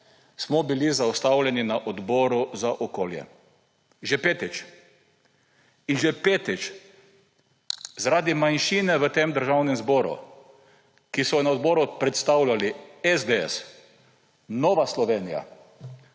smo bili zaustavljeni na odboru za okolje že petič. In že petič zaradi manjšine v tem državnem zboru, ki so jo na odboru predstavljali SDS, Nova Slovenija,